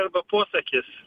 arba posakis